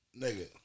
Nigga